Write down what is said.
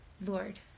Lord